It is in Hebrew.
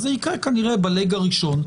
זה יקרה כנראה ב-לג הראשון.